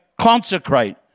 consecrate